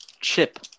Chip